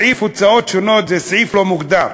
סעיף "הוצאות שונות" זה סעיף לא מוגדר,